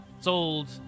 sold